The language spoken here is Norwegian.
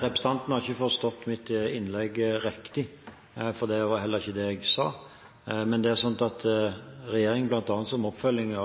Representanten har ikke forstått mitt innlegg riktig, for det var heller ikke det jeg sa. Men det er sånn at regjeringen bl.a. som oppfølging